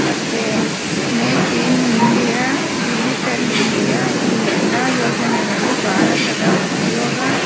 ಮತ್ತೆ make in India digital India ಈ ಎಲ್ಲ ಯೋಜನೆಗಳು ಭಾರತದ ಉದ್ಯೋಗ